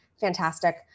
fantastic